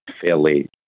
Fairly